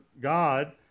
God